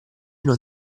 non